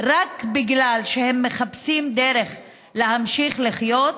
רק בגלל שהם מחפשים דרך להמשיך לחיות,